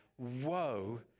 Woe